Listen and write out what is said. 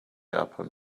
upon